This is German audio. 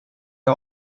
der